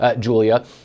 Julia